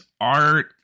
art